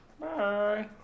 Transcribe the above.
Bye